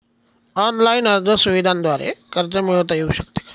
Online अर्ज सुविधांद्वारे कर्ज मिळविता येऊ शकते का?